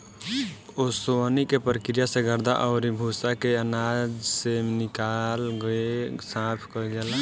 ओसवनी के प्रक्रिया से गर्दा अउरी भूसा के आनाज से निकाल के साफ कईल जाला